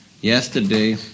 yesterday